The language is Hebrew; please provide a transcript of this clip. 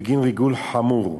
בגין ריגול חמור.